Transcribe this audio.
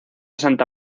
santa